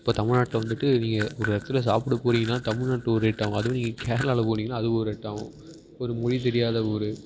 இப்போ தமிழ்நாட்டில் வந்துட்டு நீங்கள் ஒரு இடத்துல சாப்பிட போகிறிங்கன்னா தமிழ் நாட்டில் ஒரு ரேட்டாகவும் அதுவே நீங்கள் கேரளாவில் போனிங்கன்னால் அது ஒரு ரேட்டாகவும் ஒரு மொழி தெரியாத ஊர்